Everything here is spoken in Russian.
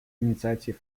инициатив